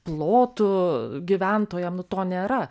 plotų gyventojam to nėra